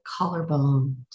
collarbones